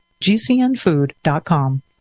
GCNfood.com